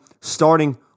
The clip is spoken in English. starting